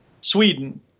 Sweden